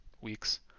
weeks